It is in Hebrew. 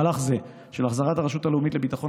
מהלך זה של החזרת הרשות הלאומית לביטחון